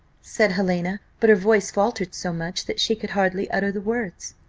said helena but her voice faltered so much, that she could hardly utter the words.